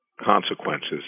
consequences